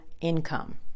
income